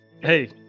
hey